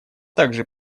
также